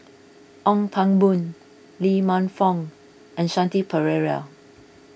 Ong Pang Boon Lee Man Fong and Shanti Pereira